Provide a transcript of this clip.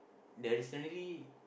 the recently